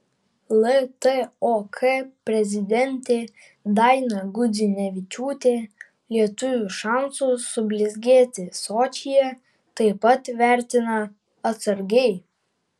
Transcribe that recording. ltok prezidentė daina gudzinevičiūtė lietuvių šansus sublizgėti sočyje taip pat vertina atsargiai